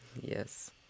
Yes